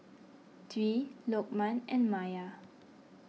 Dwi Lokman and Maya